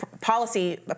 policy